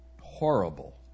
horrible